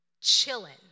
chilling